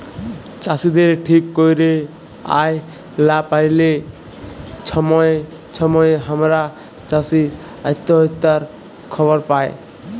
চাষীদের ঠিক ক্যইরে আয় লা প্যাইলে ছময়ে ছময়ে আমরা চাষী অত্যহত্যার খবর পায়